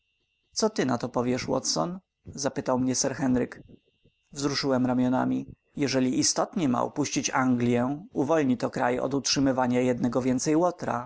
co ty na to powiadasz watson zapytał mnie sir henryk wzruszyłem ramionami jeżeli istotnie ma opuścić anglię uwolni to kraj od utrzymywania jednego więcej